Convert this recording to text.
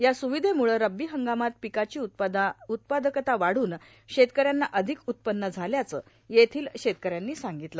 या सुविधेमुळं रब्बी हंगामात पिकांची उत्पादकता वादून शेतकऱ्यांना अधिक उत्पन्न झाल्याचं येथिल शेतकऱ्यांनी सांगितलं